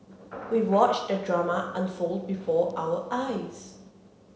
we watched the drama unfold before our eyes